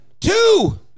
Two